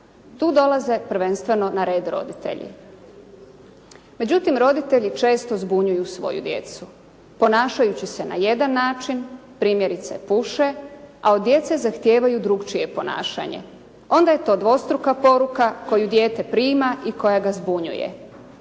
Tu dolaze prvenstveno na red roditelji. Međutim, roditelji često zbunjuju svoju djecu, ponašajući se na jedan način, primjerice puše, a od djece zahtijevaju drugačije ponašanje. Onda je to dvostruka poruka koju dijete prima i koju dijete zbunjuje.